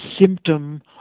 symptom